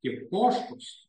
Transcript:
tiek poškos